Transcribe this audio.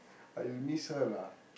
I will miss her lah